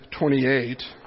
28